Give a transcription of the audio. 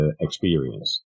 experience